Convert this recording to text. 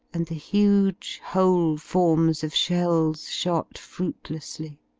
and the huge whole forms of shells shot fruitlessly